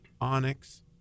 onyx